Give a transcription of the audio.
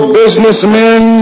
businessmen